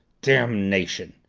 damnation!